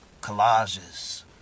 collages